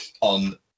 on